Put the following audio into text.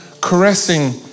caressing